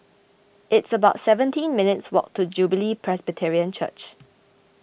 it's about seventeen minutes' walk to Jubilee Presbyterian Church